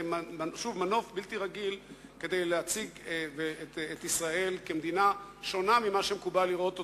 מנוף בלתי רגיל כדי להציג את ישראל כמדינה שונה ממה שמקובל לראות אותה.